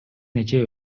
нече